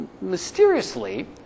mysteriously